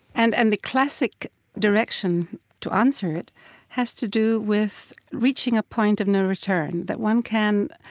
and and the classic direction to answer it has to do with reaching a point of no return, that one can